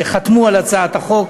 שחתמו על הצעת החוק.